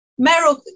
Meryl